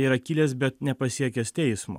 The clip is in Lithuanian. yra kilęs bet nepasiekęs teismo